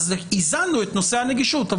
איזנו את נושא הנגישות,